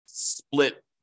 split